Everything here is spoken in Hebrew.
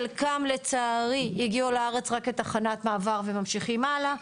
חלקם לצערי הגיעו לארץ רק כתחנת מעבר וממשיכים הלאה,